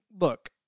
look